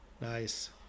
Nice